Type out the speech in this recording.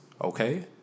Okay